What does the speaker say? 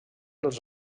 els